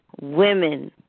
women